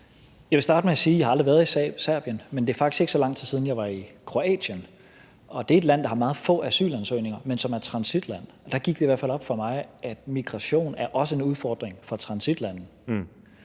Jeg vil starte med at sige, at jeg aldrig har været i Serbien, men det er faktisk ikke så lang tid siden, jeg var i Kroatien, og det er et land, der har meget få asylansøgninger, men som er et transitland, og der gik det i hvert fald op for mig, at migration også er en udfordring for transitlande;